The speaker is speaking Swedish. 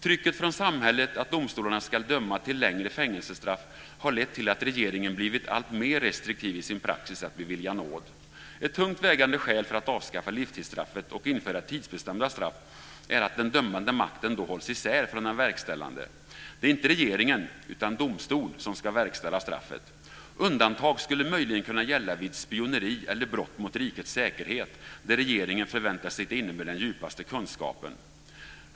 Trycket från samhället att domstolarna ska döma till längre fängelsestraff har lett till att regeringen blivit alltmer restriktiv i sin praxis att bevilja nåd. Ett tungt vägande skäl för att avskaffa livstidsstraffet och införa tidsbestämda straff är att den dömande makten då hålls isär från den verkställande. Det är inte regeringen utan domstol som ska utdöma straffet. Undantag skulle möjligen kunna gälla vid spioneri eller brott mot rikets säkerhet, där regeringen förväntas sitta inne med den djupaste kunskapen.